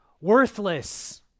worthless